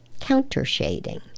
Countershading